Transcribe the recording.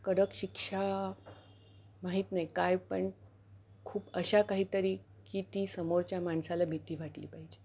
कडक शिक्षा माहीत नाही काय पण खूप अशा काहीतरी की ती समोरच्या माणसाला भीती वाटली पाहिजे